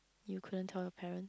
you couldn't tell your parent